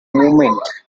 moment